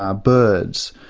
ah birds.